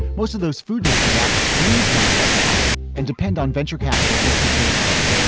most of those food delivery apps lose money right now and depend on venture capital just to stay afloat.